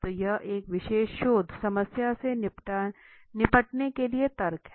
तो यह एक विशेष शोध समस्या से निपटने के लिए तर्क है